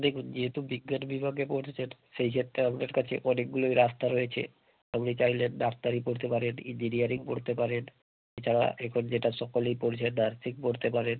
দেখুন যেহেতু বিজ্ঞান বিভাগে পড়ছেন সেই চারটে আপনার কাছে অনেকগুলোই রাস্তা রয়েছে আপনি চাইলে ডাক্তারি পড়তে পারেন ইঞ্জিনিয়ারিং পড়তে পারেন এছাড়া এখন যেটা সকলেই পড়ছে নার্সিং পড়তে পারেন